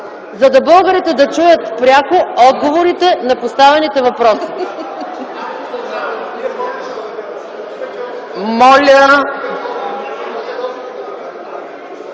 да могат българите да чуят пряко отговорите на поставените въпроси. (Шум